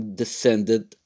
descended